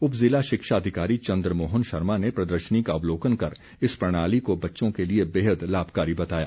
उप जिला शिक्षा अधिकारी चंद्रमोहन शर्मा ने प्रदर्शनी का अवलोकन कर इस प्रणाली को बच्चों के लिए बेहद लाभकारी बताया